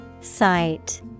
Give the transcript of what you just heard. Sight